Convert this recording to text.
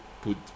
put